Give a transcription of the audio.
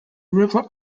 river